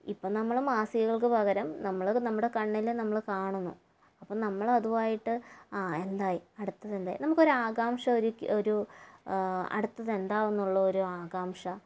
ഇപ്പോൾ നമ്മള് മാസികകള്ക്ക് പകരം നമ്മള് നമ്മുടെ കണ്ണില് നമ്മള് കാണുണു അപ്പോൾ നമ്മള് അതുമായിട്ട് ആ എന്തായി അടുത്തത് എന്തേ നമക്കൊരു ആകാംക്ഷ ഒരു ഒരു അടുത്തത് എന്താവും എന്നുള്ളൊരു ആകാംക്ഷ